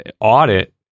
audit